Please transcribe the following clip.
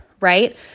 right